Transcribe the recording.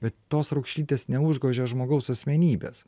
bet tos raukšlytės neužgožia žmogaus asmenybės